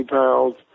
pounds